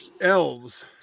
elves